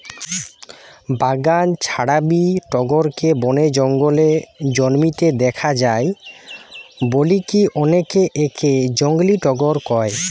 বাগান ছাড়াবি টগরকে বনে জঙ্গলে জন্মিতে দেখা যায় বলিকি অনেকে একে জংলী টগর কয়